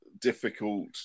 difficult